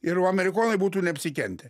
ir va amerikonai būtų neapsikentę